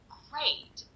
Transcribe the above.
great